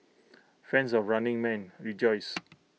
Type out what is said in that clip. fans of running man rejoice